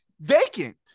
vacant